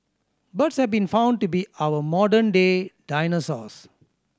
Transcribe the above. birds have been found to be our modern day dinosaurs